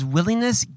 Willingness